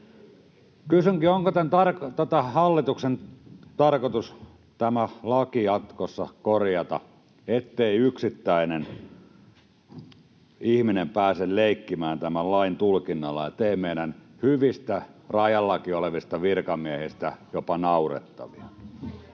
Kysynkin: onko hallituksen tarkoitus tämä laki jatkossa korjata, ettei yksittäinen ihminen pääse leikkimään tämän lain tulkinnalla ja tee meidän hyvistä, rajallakin olevista virkamiehistä jopa naurettavia?